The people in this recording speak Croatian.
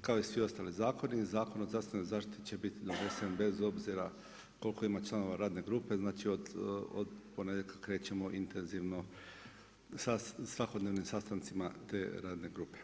kao i svi ostali zakoni, Zakon o zdravstvenoj zaštiti će biti donesen bez obzira koliko ima članove radne grupe, od ponedjeljka krećemo intenzivno sa svakodnevnim sastancima te radne grupe.